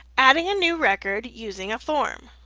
adding a new record using a form.